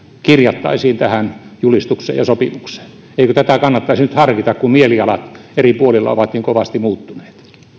kirjattaisiin tähän julistukseen ja sopimukseen eikö tätä kannattaisi nyt harkita kun mielialat eri puolilla ovat niin kovasti muuttuneet